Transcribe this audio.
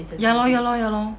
ya lor ya lor ya lor